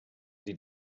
die